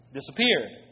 disappeared